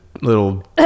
little